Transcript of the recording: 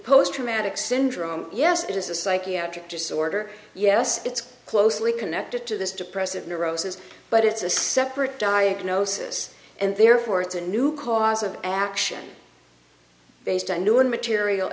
post traumatic syndrome yes it is a psychiatric disorder yes it's closely connected to this depressive neurosis but it's a separate diagnosis and therefore it's a new cause of action based on new material